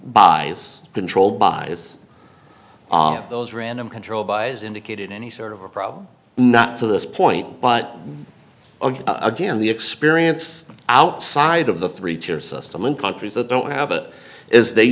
buys controlled by this of those random control buys indicated any sort of a problem not to this point but again the experience outside of the three cheers us to link countries that don't have it is they